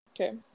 Okay